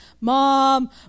mom